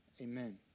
Amen